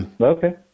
okay